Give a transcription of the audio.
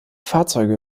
fahrzeuge